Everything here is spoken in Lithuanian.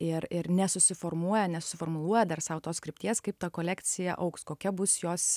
ir ir nesusiformuoja nesusiformuluoja dar sau tos krypties kaip ta kolekcija augs kokia bus jos